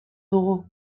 dugu